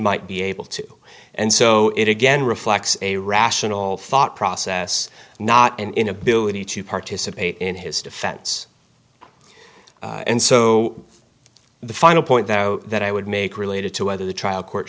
might be able to and so it again reflects a rational thought process not an inability to participate in his defense and so the final point though that i would make related to whether the trial court